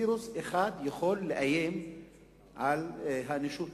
וירוס אחד יכול לאיים על האנושות,